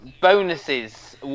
bonuses